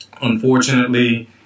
unfortunately